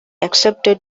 accepted